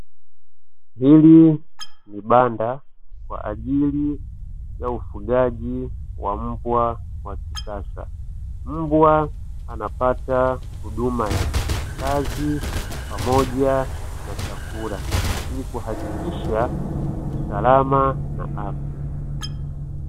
Hili ni banda kwa ajili ya ufugaji wa mbwa wa kisasa. Mbwa anapata huduma ya makazi pamoja na chakula ila kuhakikisha usalama na afya.